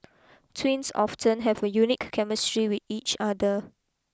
twins often have a unique chemistry with each other